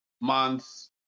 months